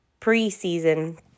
preseason